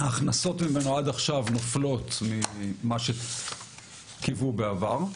שההכנסות ממנו עד עכשיו נופלות ממה שקיוו בעבר,